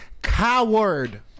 Coward